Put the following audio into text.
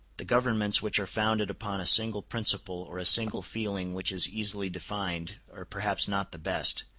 the governments which are founded upon a single principle or a single feeling which is easily defined are perhaps not the best,